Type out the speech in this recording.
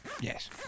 Yes